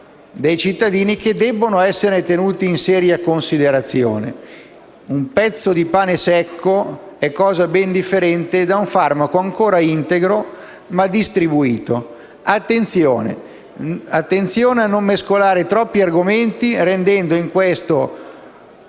dei cittadini che debbono essere tenuti in seria considerazione. Un pezzo di pane secco è cosa ben differente da un farmaco ancora integro, ma distribuito. Bisogna fare attenzione a non mescolare troppi argomenti, così rendendo un cattivo